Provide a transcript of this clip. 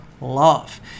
love